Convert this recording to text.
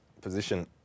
position